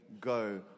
go